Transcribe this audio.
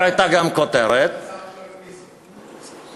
מי זאת?